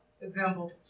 Example